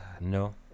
No